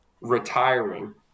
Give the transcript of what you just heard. retiring